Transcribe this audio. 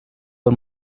del